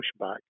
pushback